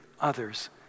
others